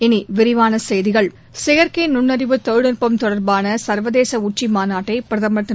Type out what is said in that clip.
இனி விரிவான செய்திகள் செயற்கை நண்ணறிவு தொழில்நுட்பம் தொடர்பான சர்வதேச உச்சி மாநாட்டை பிரதமர் திரு